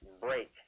break